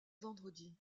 vendredi